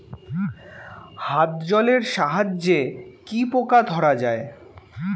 হাত জলের সাহায্যে কি পোকা ধরা যায়?